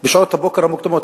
בשעות הבוקר המוקדמות,